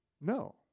No